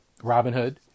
Robinhood